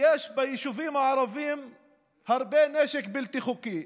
שיש ביישובים הערביים הרבה נשק בלתי חוקי.